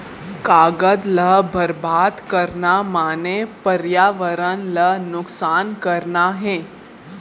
कागद ल बरबाद करना माने परयावरन ल नुकसान करना हे